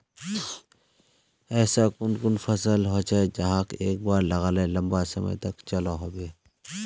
ऐसा कुन कुन फसल होचे जहाक एक बार लगाले लंबा समय तक चलो होबे?